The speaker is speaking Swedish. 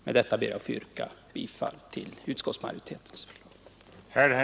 Med detta ber jag att få yrka bifall till utskottsmajoritetens förslag.